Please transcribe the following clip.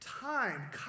Time